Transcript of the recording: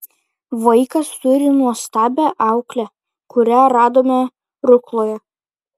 vaikas turi nuostabią auklę kurią radome rukloje